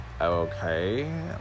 okay